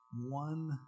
one